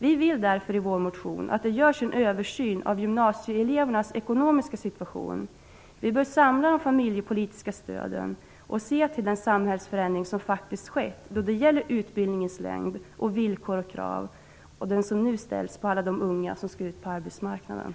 Vi vill därför i vår motion att det görs en översyn av gymnasieelevernas ekonomiska situation. Vi bör samla de familjepolitiska stöden och se till den samhällsförändring som faktiskt skett då det gäller utbildningens längd och villkor samt de krav som ställs på alla de unga som nu skall ut på arbetsmarknaden.